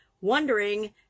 wondering